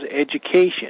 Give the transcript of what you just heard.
education